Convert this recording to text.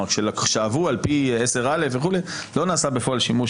שעברו על פי 10א וכו' לא נעשה שימוש